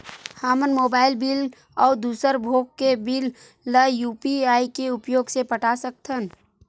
हमन mobile bill अउ दूसर भोग के बिल ला यू.पी.आई के उपयोग से पटा सकथन